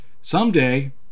someday